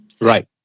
Right